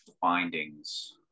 findings